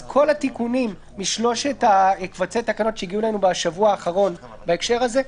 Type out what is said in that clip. כל התיקונים בשלושת קבצי התקנות שהגיעו אלינו בשבוע האחרון בהקשר הזה,